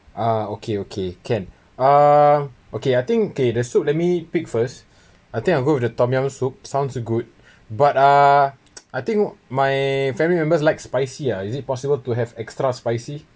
ah okay okay can uh okay I think okay the soup let me pick first I think I'm good with the tom yum soup sounds good but uh I think my family members like spicy uh is it possible to have extra spicy